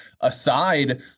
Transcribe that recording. aside